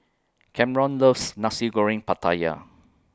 Camron loves Nasi Goreng Pattaya